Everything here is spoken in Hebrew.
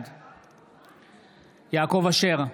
בעד יעקב אשר,